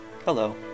Hello